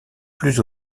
plus